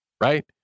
right